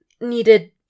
Needed